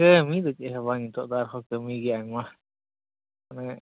ᱠᱟᱹᱢᱤ ᱫᱚ ᱪᱮᱫ ᱦᱚᱸ ᱵᱟᱝ ᱱᱤᱛᱚᱜ ᱫᱚ ᱟᱨᱦᱚᱸ ᱠᱟᱹᱢᱤ ᱜᱮ ᱟᱭᱢᱟ